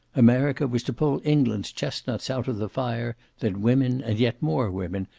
america was to pull england's chestnuts out of the fire that women, and yet more women,